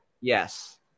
Yes